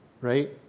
right